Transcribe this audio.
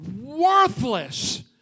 worthless